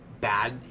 bad